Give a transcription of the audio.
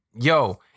Yo